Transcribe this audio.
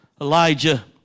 Elijah